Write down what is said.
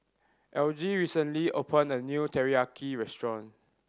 Algie recently opened a new Teriyaki Restaurant